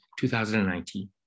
2019